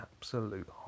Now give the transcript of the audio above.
absolute